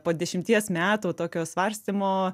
po dešimties metų tokio svarstymo